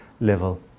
level